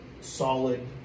solid